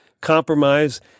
compromise